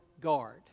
guard